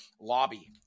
lobby